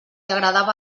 agradava